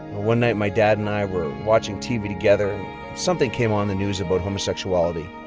one night my dad and i were watching tv together and something came on the news about homosexuality.